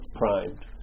primed